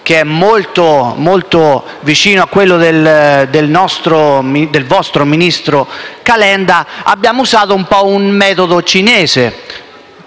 che è molto vicino a quello del vostro ministro Calenda, abbiamo usato un po' un metodo cinese.